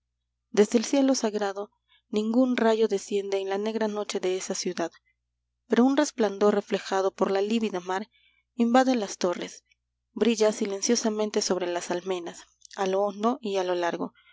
desde el cielo sagrado ningún rayo desciende en la negra noche de esa ciudad pero un resplandor reflejado por la lívida mar invade las torres brilla silenciosamente sobre las almenas a lo hondo y a lo largo